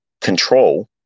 control